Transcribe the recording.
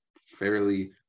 fairly